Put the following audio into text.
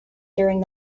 during